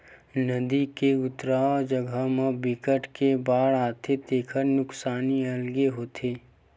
नदिया के उतारू जघा म बिकट के बाड़ आथे तेखर नुकसानी अलगे होथे